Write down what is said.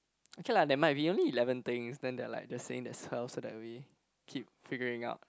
okay lah never mind we only eleven things then they are like just saying themselves so that we keep figuring it out